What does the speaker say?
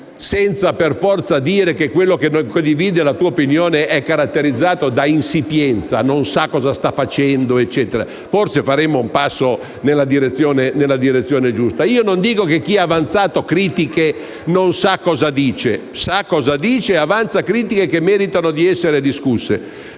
senza dire per forza che chi non condivide la nostra opinione è caratterizzato da insipienza e non sa cosa sta facendo, forse faremmo un passo nella direzione giusta. Io non dico che chi ha avanzato critiche non sa cosa dice; sa cosa dice ed avanza critiche che meritano di essere discusse.